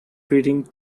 breeding